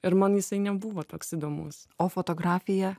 ir man jisai nebuvo toks įdomus o fotografija